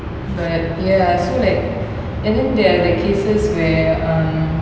but ya so like and then there are like cases where um